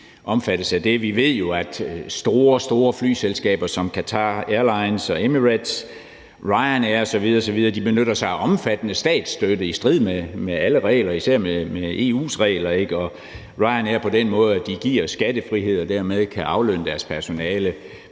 Vi ved jo, at store, store flyselskaber som Qatar Airlines og Emirates og Ryanair benytter sig af omfattende statsstøtte i strid med alle regler, især med EU's regler, og Ryanair giver på den måde skattefrihed, og dermed kan de aflønne deres personale